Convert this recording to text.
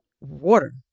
Water